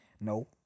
No